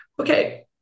okay